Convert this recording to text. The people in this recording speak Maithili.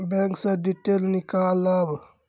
बैंक से डीटेल नीकालव?